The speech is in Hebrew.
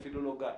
אפילו לא גל